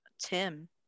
Tim